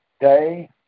day